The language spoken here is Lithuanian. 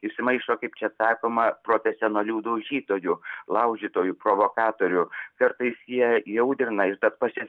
įsimaišo kaip čia sakoma profesionalių daužytojų laužytojų provokatorių kartais jie įaudrina ir tas pačias